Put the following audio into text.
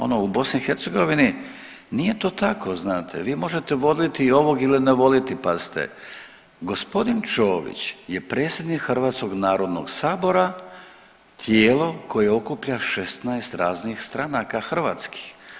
Ono u BiH nije to tako znate, vi možete voliti ovog ili ne voliti pazite gospodin Čović je predsjednik Hrvatskog narodnog sabora tijelo koje okuplja 16 raznih stranaka hrvatskih.